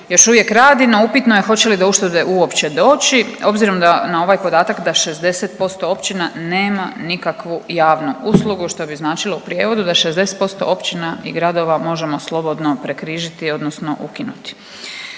još uvijek radi no upitno je hoće li do uštede uopće doći obzirom da na ovaj podatak da 60% općina nema nikakvu javnu uslugu što bi značilo u prijevodu da 60% općina i gradova možemo slobodno prekrižiti odnosno ukinuti.